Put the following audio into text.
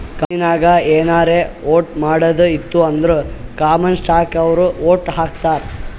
ಕಂಪನಿನಾಗ್ ಏನಾರೇ ವೋಟ್ ಮಾಡದ್ ಇತ್ತು ಅಂದುರ್ ಕಾಮನ್ ಸ್ಟಾಕ್ನವ್ರು ವೋಟ್ ಹಾಕ್ತರ್